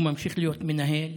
הוא ממשיך להיות מנהל.